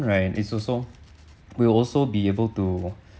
right it's also will also be able to